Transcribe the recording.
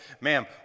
ma'am